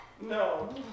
No